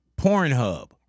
Pornhub